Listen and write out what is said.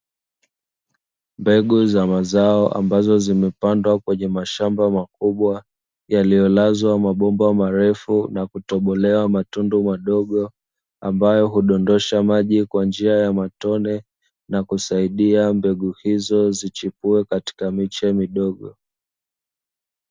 Mbegu za mazao ambazo zimepandwa kwenye mashamba makubwa yaliyolazwa mabomba, marefu na kutobolewa matundu madogo, ambayo hudondosha maji kwa njia ya matone na kusaidia mbegu hizo zichipue katika miche midogo.